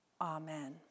Amen